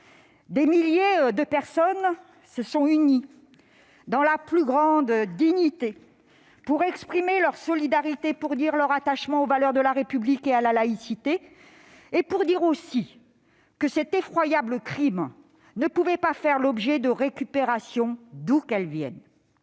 Des milliers de personnes se sont unies dans la plus grande dignité pour exprimer leur solidarité, pour dire leur attachement aux valeurs de la République et à la laïcité, et pour souligner aussi que cet effroyable crime ne pouvait pas faire l'objet de récupérations, d'où qu'elles viennent.